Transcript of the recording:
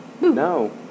No